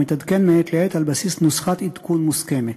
והוא מתעדכן מעת לעת על בסיס נוסחת עדכון מוסכמת.